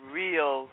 real